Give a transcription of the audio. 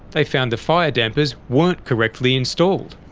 they found the fire dampers weren't correctly installed.